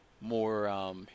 more